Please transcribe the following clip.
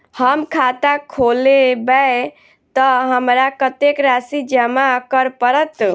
हम खाता खोलेबै तऽ हमरा कत्तेक राशि जमा करऽ पड़त?